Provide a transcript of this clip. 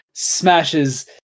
smashes